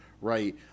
right